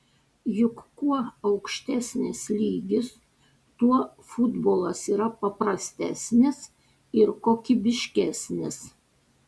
juk kuo aukštesnis lygis tuo futbolas yra paprastesnis ir kokybiškesnis